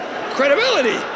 credibility